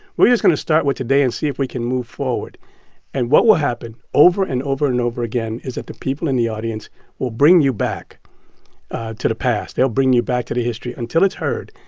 we're just going to start with today and see if we can move forward and what will happen over and over and over again is that the people in the audience will bring you back to the past. they'll bring you back to the history until it's heard,